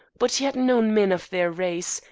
but he had known men of their race,